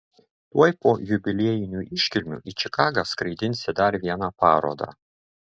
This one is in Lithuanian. tuoj po jubiliejinių iškilmių į čikagą skraidinsi dar vieną parodą